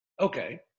Okay